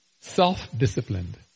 self-disciplined